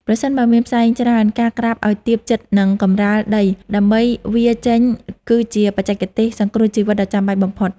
ប្រសិនបើមានផ្សែងច្រើន ការក្រាបឱ្យទាបជិតនឹងកម្រាលដីដើម្បីវារចេញ គឺជាបច្ចេកទេសសង្គ្រោះជីវិតដ៏ចាំបាច់បំផុត។